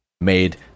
made